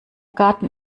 garten